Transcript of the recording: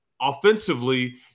Offensively